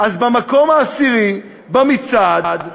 במקום העשירי במצעד,